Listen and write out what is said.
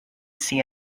see